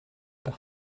par